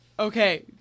Okay